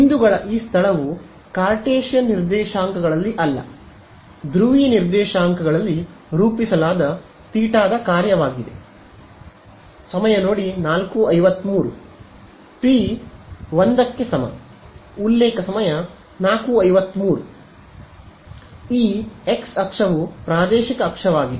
ಬಿಂದುಗಳ ಈ ಸ್ಥಳವು ಕಾರ್ಟೇಶಿಯನ್ ನಿರ್ದೇಶಾಂಕಗಳಲ್ಲಿ ಅಲ್ಲ ಧ್ರುವೀಯ ನಿರ್ದೇಶಾಂಕಗಳಲ್ಲಿ ರೂಪಿಸಲಾದ ಥೀಟಾದ ಕಾರ್ಯವಾಗಿದೆ ಪಿ 1 ಕ್ಕೆ ಸಮ ಈ x ಅಕ್ಷವು ಪ್ರಾದೇಶಿಕ ಅಕವಾಗಿದೆ